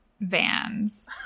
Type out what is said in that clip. vans